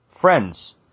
Friends